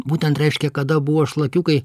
būtent reiškia kada buvo šlakiukai